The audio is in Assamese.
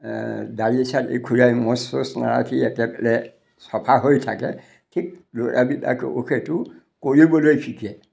দাড়ি চাৰি খূৰাই মোচ চোচ নাৰাখি একেবাৰে চফা হৈ থাকে ঠিক ল'ৰাবিলাকেও সেইটো কৰিবলৈ শিকে